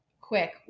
quick